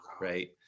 right